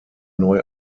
neu